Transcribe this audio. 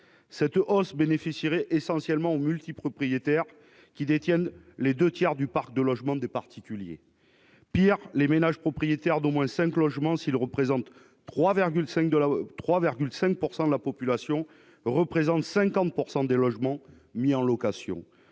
Cette hausse bénéficierait essentiellement aux multipropriétaires, qui détiennent les deux tiers du parc de logement des particuliers. Pire, les ménages propriétaires d'au moins cinq logements, s'ils ne représentent que 3,5 % de la population, possèdent 50 % des logements mis en location.